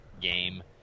game